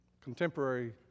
contemporary